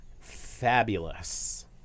fabulous